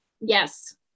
yes